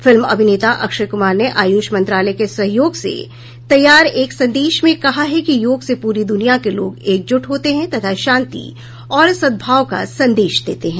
film अभिनेता अक्षय कुमार ने आयुष मंत्रालय के सहयोग तैयार एक संदेश में कहा है कि योग से पूरी दुनिया के लोग एकजुट होते हैं तथा शांति और सद्भाव का संदेश देते है